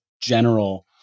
general